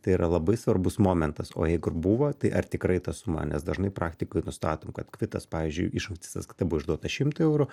tai yra labai svarbus momentas o jeigu ir buvo tai ar tikrai ta suma nes dažnai praktikoj nustatom kad kvitas pavyzdžiui iš sąskaita buvo išduota šimtui eurų